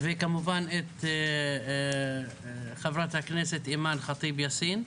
וכמובן, את חברת הכנסת אימאן ח'טיב יאסין.